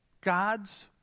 God's